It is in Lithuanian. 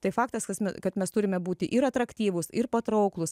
tai faktas kas kad mes turime būti ir atraktyvūs ir patrauklūs